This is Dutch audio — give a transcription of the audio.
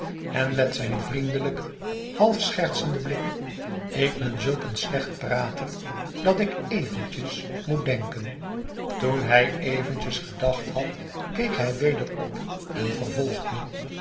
en met zijn vriendeüjken half schertsenden blik ik ben zulk een slecht prater dat ik eventjes moet denken toen hij eventjes gedacht had keek hij weder op en vervolgde